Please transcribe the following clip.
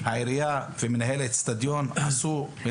העירייה ומנהל האצטדיון עשו את כל התיקונים.